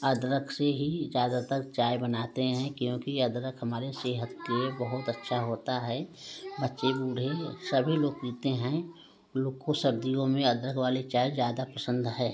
अदरक से ही ज़्यादातर चाय बनाते हैं क्योंकि अदरक हमारे सेहत के बहुत अच्छा होता है बच्चे बूढ़े सभी लोग पीते हैं हम लोग को सर्दियों में अदरक वाली चाय ज़्यादा पसंद है